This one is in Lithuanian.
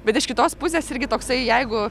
bet iš kitos pusės irgi toksai jeigu